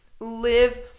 live